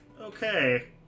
Okay